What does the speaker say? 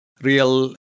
real